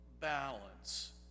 balance